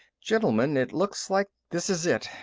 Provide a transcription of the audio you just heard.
gentlemen, it looks like this is it.